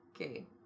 okay